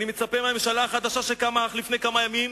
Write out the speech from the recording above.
אני מצפה מהממשלה החדשה, שקמה אך לפני כמה ימים,